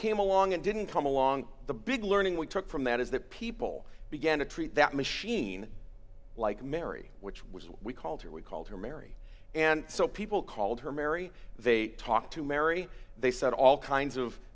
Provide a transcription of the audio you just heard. came along and didn't come along the big learning we took from that is that people began to treat that machine like mary which was what we called her we called her mary and so people called her mary they talked to mary they said all kinds of